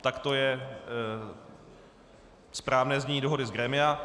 Takto je správné znění dohody z grémia.